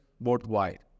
worldwide